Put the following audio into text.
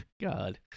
God